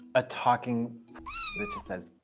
a talking that just says